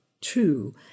two